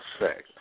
effect